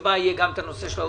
שבה יהיה גם נושא העודפים,